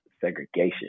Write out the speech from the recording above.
segregation